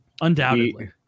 undoubtedly